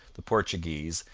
the portuguese,